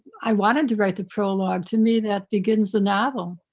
i wanted to write the prologue, to me that begins the novel.